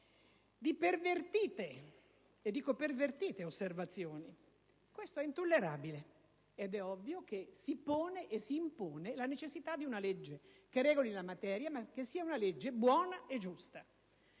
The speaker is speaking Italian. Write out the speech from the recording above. di pervertite - e dico pervertite - osservazioni. Questo è intollerabile ed è ovvio che si pone e si impone la necessità di una legge che regoli la materia, ma che sia una legge buona e giusta.